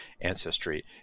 ancestry